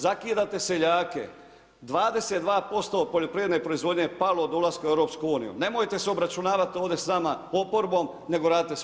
Zakidate seljake, 22% poljoprivredne proizvodnje je palo od ulaska u EU, nemojte se obračunavati ovdje s nama oporbom, nego radite svoj posao.